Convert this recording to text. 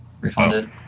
refunded